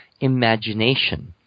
imagination